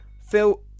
Phil